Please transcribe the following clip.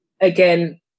again